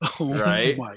Right